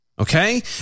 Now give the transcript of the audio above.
Okay